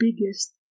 biggest